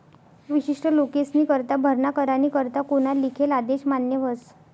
विशिष्ट लोकेस्नीकरता भरणा करानी करता कोना लिखेल आदेश मान्य व्हस